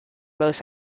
most